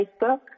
Facebook